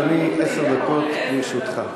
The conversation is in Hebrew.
בבקשה, אדוני, עשר דקות לרשותך.